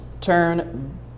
turn